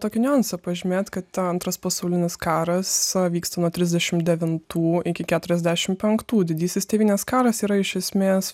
tokį niuansą pažymėt kad antras pasaulinis karas vyksta nuo trisdešimt devintų iki keturiasdešimt penktų didysis tėvynės karas yra iš esmės